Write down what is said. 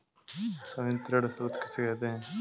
संवितरण शर्त किसे कहते हैं?